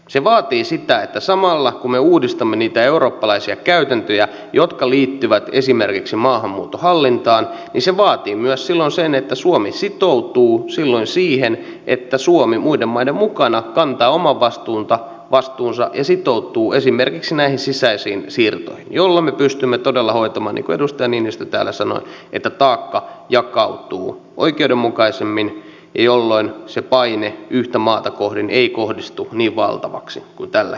se vaatii silloin myös sitä että samalla kun me uudistamme niitä eurooppalaisia käytäntöjä jotka liittyvät esimerkiksi maahanmuuton hallintaan ja se vaatii myös ilosen että suomi sitoutuu siihen että suomi muiden maiden mukana kantaa oman vastuunsa ja sitoutuu esimerkiksi näihin sisäisiin siirtoihin jolloin me pystymme todella hoitamaan niin kuin edustaja niinistö täällä sanoi että taakka jakautuu oikeudenmukaisemmin ja jolloin se paine yhtä maata kohden ei kohdistu niin valtavaksi kuin se tällä hetkellä on